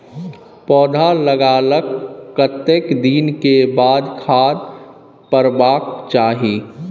पौधा लागलाक कतेक दिन के बाद खाद परबाक चाही?